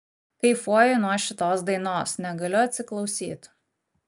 kaifuoju nuo šitos dainos negaliu atsiklausyt